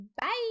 bye